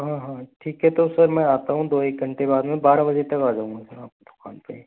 हाँ हाँ ठीक है तो सर मैं आता हूँ दो एक घण्टे बाद में बारह बजे तक आ जाऊँगा आपकी दुकान पे